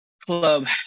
club